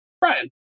Brian